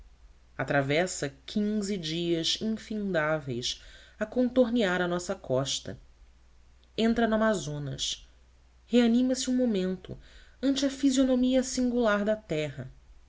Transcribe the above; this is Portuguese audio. atravessa quinze dias infindáveis a contornear a nossa costa entra no amazonas reanimase um momento ante a fisionomia singular da terra